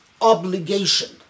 obligation